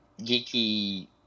geeky